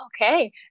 okay